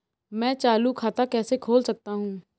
मैं चालू खाता कैसे खोल सकता हूँ?